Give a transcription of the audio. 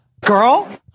Girl